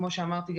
וכמו שאמרתי,